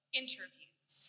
interviews